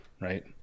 right